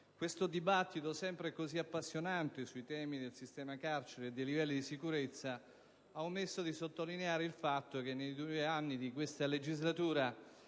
questo dibattito sempre così appassionante sul sistema carcerario e sui livelli di sicurezza, si è omesso di sottolineare il fatto che nei primi due anni di questa legislatura